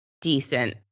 decent